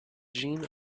gene